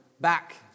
back